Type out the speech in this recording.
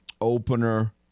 opener